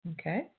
okay